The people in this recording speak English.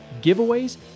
giveaways